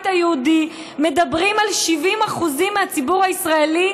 היהודי מדברים על 70% מהציבור הישראלי,